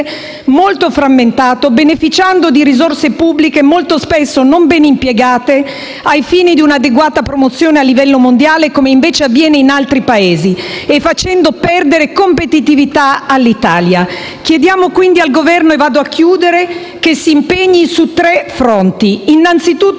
molto frammentato, beneficiando di risorse pubbliche molto spesso non ben impiegate ai fini di una adeguata promozione a livello mondiale, come invece avviene in altri Paesi e facendo perdere competitività all'Italia. Chiediamo, quindi, al Governo che si impegni su tre fronti: innanzitutto,